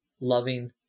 loving